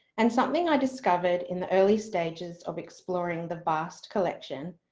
and something i discovered in the early stages of exploring the vast collection,